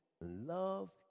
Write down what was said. love